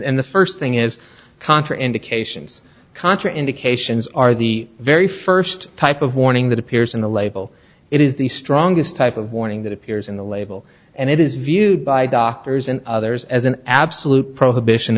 and the first thing is contra indications contra indications are the very first type of warning that appears in the label it is the strongest type of warning that appears in the label and it is viewed by doctors and others as an absolute prohibition